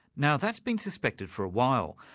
now that's been suspected for a while,